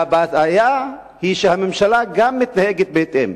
הבעיה היא שהממשלה גם מתנהגת בהתאם,